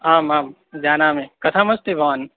आम् आं जानामि कथमस्ति भवान्